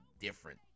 different